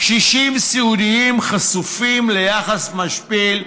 קשישים סיעודיים חשופים ליחס משפיל,